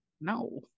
No